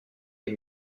les